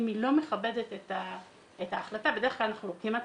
אם היא לא מכבדת את ההחלטה בדרך כלל אנחנו כמעט